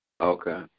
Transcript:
Okay